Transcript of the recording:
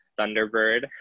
Thunderbird